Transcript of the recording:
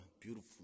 beautiful